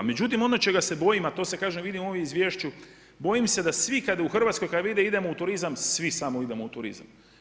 Međutim ono čega se bojim a to se kaže, vidi u ovom izvješću, bojim se da svi kad je u Hrvatskoj, kad vide, idemo u turizam, svi samo idemo u turizam.